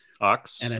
ox